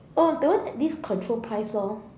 oh that one at least control price lor